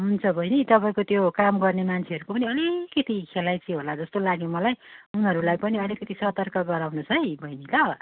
हुन्छ बहिनी तपाईँको त्यो काम गर्ने मान्छेहरूको पनि अलिकति खेलाइँची होला जस्तो लाग्यो मलाई उनीहरूलाई पनि अलिकति सतर्क गराउनुहोस् है बहिनी ल